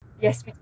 Yes